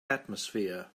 atmosphere